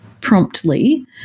promptly